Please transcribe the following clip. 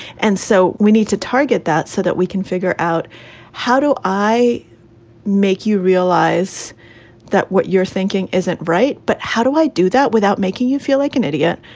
and so we need to target that so that we can figure out how do i make you realize that what you're thinking isn't right? but how do i do that without making you feel like an idiot,